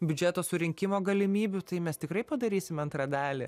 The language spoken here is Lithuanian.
biudžeto surinkimo galimybių tai mes tikrai padarysime antrą dalį